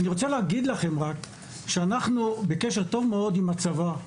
אנחנו בקשר טוב מאוד עם הצבא.